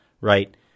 right